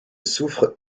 soufre